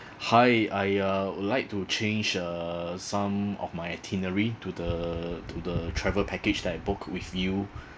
hi I uh would like to change uh some of my itinerary to the to the travel package that I book with you